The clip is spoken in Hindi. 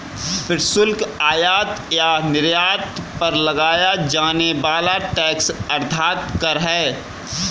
प्रशुल्क, आयात या निर्यात पर लगाया जाने वाला टैक्स अर्थात कर है